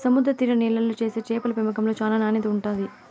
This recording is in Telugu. సముద్ర తీర నీళ్ళల్లో చేసే చేపల పెంపకంలో చానా నాణ్యత ఉంటాది